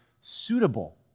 suitable